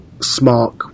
smart